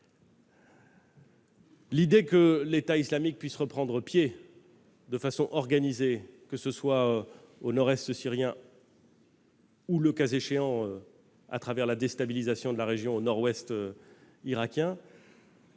L'idée que l'État islamique puisse reprendre pied de façon organisée, que ce soit au nord-est syrien ou, le cas échéant, à travers la déstabilisation de la région, au nord-ouest irakien